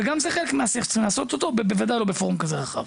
וגם זה חלק מהשיח שצריך לעשות בוודאי לא בפורום כזה רחב.